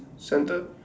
center